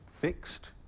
fixed